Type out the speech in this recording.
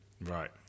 right